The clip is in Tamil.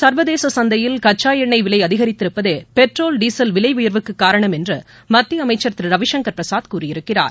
ச்வதேச சந்தையில் கச்சா எண்ணெய் விலை அதிகித்திருப்பதே பெட்ரோல் டீசல் விலை உயர்வுக்குக் காரணம் என்று மத்திய அமைச்சள் திரு ரவிசங்கள் பிரசாத் கூறியிருக்கிறார்